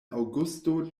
aŭgusto